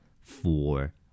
four